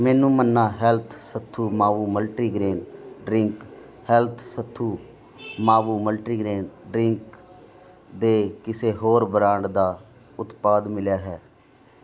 ਮੈਨੂੰ Manna health Sathu Maavu multigrain drink health Sathu Maavu multigrain drink ਦੇ ਕਿਸੇ ਹੋਰ ਬ੍ਰਾਂਡ ਦਾ ਉਤਪਾਦ ਮਿਲਿਆ ਹੈ